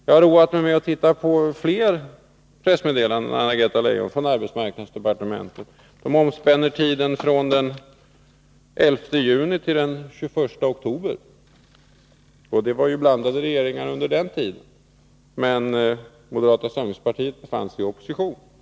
Jag har roat mig med att titta på fler pressmeddelanden från arbetsmarknadsdepartementet, som omspänner tiden den 11 juni till den 21 oktober. Det var ju olika regeringar under den tiden, men moderata samlingspartiet befann sig i opposition.